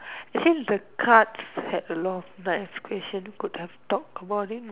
it seems the cards had a lot of nice questions could have talked about it